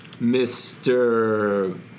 Mr